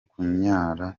kunyara